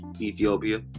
Ethiopia